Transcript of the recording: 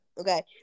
okay